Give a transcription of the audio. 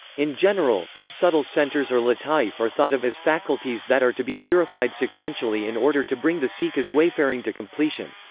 in general, these subtle centers or lata'if are thought of as faculties that are to be purified sequentially in order to bring the seeker's wayfaring to completion.